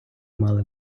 мали